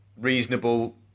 reasonable